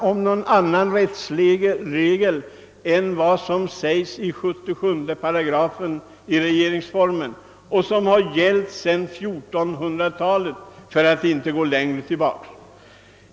Den enda rättsregel som kan komma i fråga är 8 77 regeringsformen som har gällt sedan 1400-talet, för att inte gå längre tillbaka.